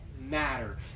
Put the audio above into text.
matter